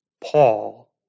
Paul